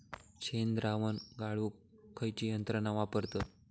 शेणद्रावण गाळूक खयची यंत्रणा वापरतत?